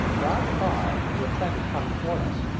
by the by, your friend is coming toward us.